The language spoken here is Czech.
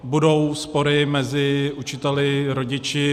Budou spory mezi učiteli a rodiči.